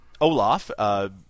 Olaf